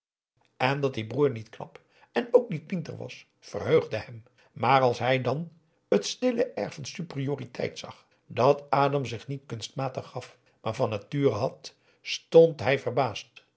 verbeelding dat die broer niet knap en ook niet pinter was verheugde hem maar als hij dan het stille air van superioriteit zag dat adam zich niet kunstmatig gaf maar van nature had stond hij verbaasd